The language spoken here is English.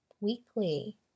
weekly